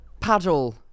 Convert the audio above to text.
Paddle